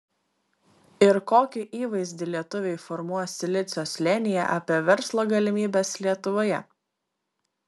ir kokį įvaizdį lietuviai formuos silicio slėnyje apie verslo galimybes lietuvoje